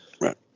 right